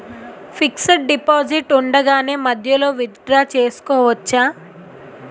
Fixed deposit ఉండగానే మధ్యలో withdraw చేసుకోవచ్చా?